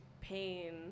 pain